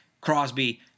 Crosby